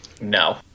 No